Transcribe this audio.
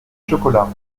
chocolats